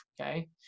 Okay